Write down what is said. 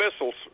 missiles